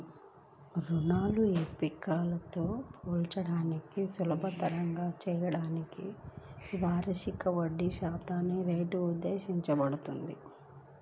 రుణ ఎంపికలను పోల్చడాన్ని సులభతరం చేయడానికి వార్షిక వడ్డీశాతం రేటు ఉద్దేశించబడింది